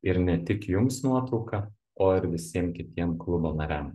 ir ne tik jums nuotrauką o ir visiem kitiem klubo nariam